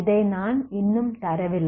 இதை நான் இன்னும் தரவில்லை